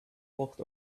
walked